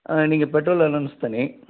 நீங்கள் petrol allowance தனி